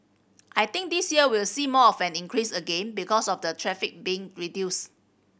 I think this year we'll see more of an increase again because of the tariff being reduce